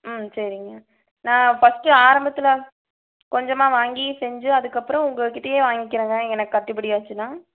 ஆ சரிங்க நான் ஃபர்ஸ்ட்டு ஆரம்பத்தில் கொஞ்சமாக வாங்கி செஞ்சு அதுக்கப்றம் உங்ககிட்டேயே வாங்கிக்கிறங்க எனக்கு கட்டுப்படியாச்சுனா